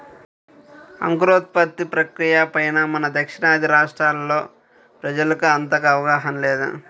అంకురోత్పత్తి ప్రక్రియ పైన మన దక్షిణాది రాష్ట్రాల్లో ప్రజలకు అంతగా అవగాహన లేదు